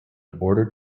order